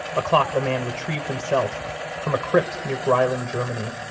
a clock the man retrieved himself from a crypt near greiling, germany,